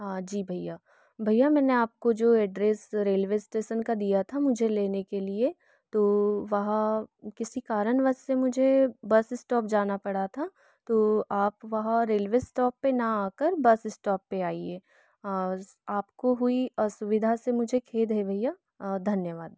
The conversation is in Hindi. जी भैया भैया मैंने आपको जो एड्रैस रेलवे एस्टेशन का दिया था मुझे लेने के लिए तो वह किसी कारणवश से मुझे बस स्टॉप जाना पड़ा था तो आप वहाँ रेलवे स्टॉप पर ना आ कर बस स्टॉप पर आइए आपको हुई असुविधा से मुझे खेद है भैया धन्यवाद